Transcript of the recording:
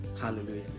Hallelujah